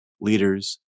leaders